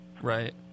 Right